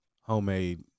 homemade